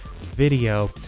video